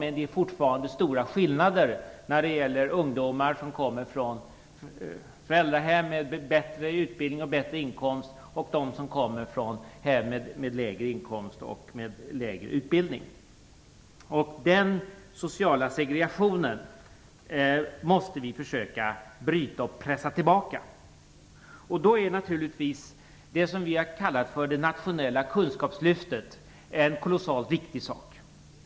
Men det är fortfarande stora skillnader mellan ungdomar som kommer från föräldrahem med bättre utbildning och bättre inkomst och de som kommer från hem med lägre inkomst och lägre utbildning. Denna sociala segregation måste vi försöka bryta och pressa tillbaka. Då är naturligtvis det som vi har kallat för det nationella kunskapslyftet kolossalt viktigt.